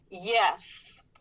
Yes